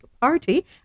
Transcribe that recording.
Party